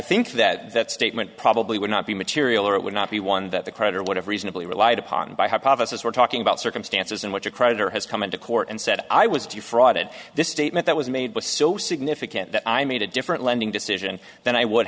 think that that statement probably would not be material or it would not be one that the creditor would have reasonably relied upon by hypothesis we're talking about circumstances in which a creditor has come into court and said i was due for audit this statement that was made was so significant that i made a different lending decision than i would